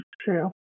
True